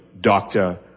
doctor